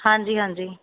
ਹਾਂਜੀ ਹਾਂਜੀ